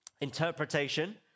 interpretation